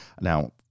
Now